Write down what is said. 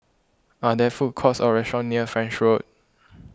are there food courts or restaurants near French Road